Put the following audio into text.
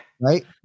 Right